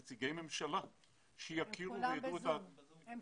אלה נציגי הממשלה שיכירו את הנתונים הללו ויינתן המענה.